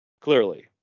clearly